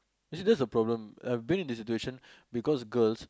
you see that's the problem being in the situation because girls